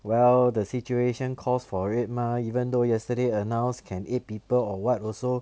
well the situation calls for it mah even though yesterday announced can eight people or what also